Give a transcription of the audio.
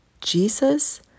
Jesus